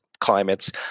climates